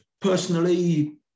Personally